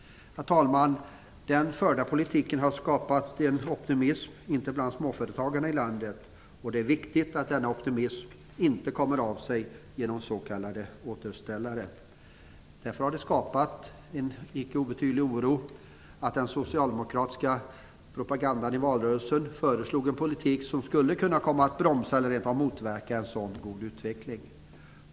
Herr talman! Den förda politiken har skapat en optimism inte minst bland småföretagarna i landet. Det är viktigt att denna optimism inte kommer av sig genom s.k. återställare. Därför har det skapat en icke obetydlig oro att den socialdemokratiska propagandan i valrörelsen föreslog en politik som skulle kunna bromsa eller rent av motverka en sådan god utveckling.